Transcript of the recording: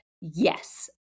yes